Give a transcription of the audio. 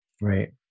Right